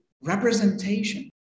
representation